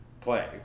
play